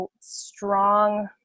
strong